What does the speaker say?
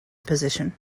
position